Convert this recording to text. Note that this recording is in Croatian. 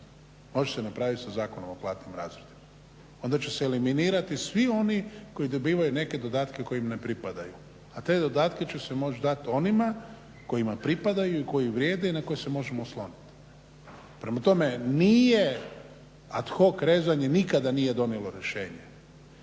Može se napraviti sa Zakonom o platnim razredima onda će se eliminirati svi oni koji dobivaju neke dodatke koji im ne pripadaju, a te dodatke će se moći dati onima kojima pripadaju koji vrijedi i na koje se možemo osloniti. Prema tome nije, ad hoc rezanje nikada nije donijelo rješenje.